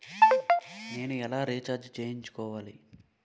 నేను ఎలా రీఛార్జ్ చేయించుకోవాలి?